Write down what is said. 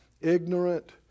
ignorant